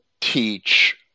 teach